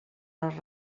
les